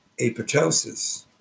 apoptosis